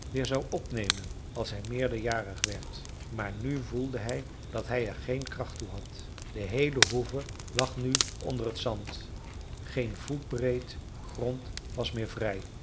weer zou opnemen als hij meerderjarig werd maar nu voelde hij dat hij er geen kracht toe had de heele hoeve lag nu onder het zand geen voetbreed grond was meer vrij